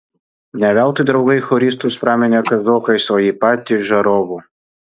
ne veltui draugai choristus praminė kazokais o jį patį žarovu